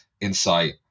insight